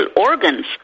organs